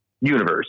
universe